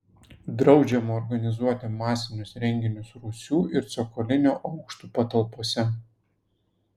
draudžiama organizuoti masinius renginius rūsių ir cokolinių aukštų patalpose